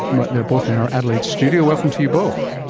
but they are both in our adelaide studio. welcome to you both.